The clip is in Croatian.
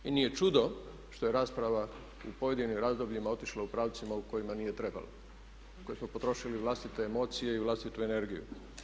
I nije čudo što je rasprava u pojedinim razdobljima otišla u pravcima u kojima nije trebala, na koju smo potrošili vlastite emocije i vlastitu energiju.